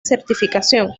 certificación